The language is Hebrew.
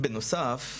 בנוסף,